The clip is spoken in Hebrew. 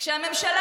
כשהממשלה,